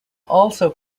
also